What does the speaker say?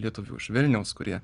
lietuvių iš vilniaus kurie